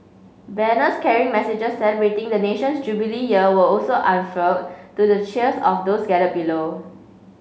banners carrying messages celebrating the nation's Jubilee Year were also unfurled to the cheers of those gathered below